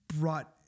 brought